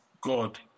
God